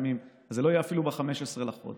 אז זה לא יהיה אפילו ב-15 לחודש.